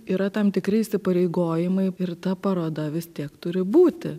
yra tam tikri įsipareigojimai ir ta paroda vis tiek turi būti